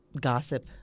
gossip